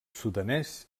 sudanès